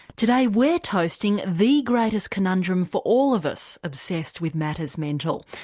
today we're toasting the greatest conundrum for all of us obsessed with matters mental.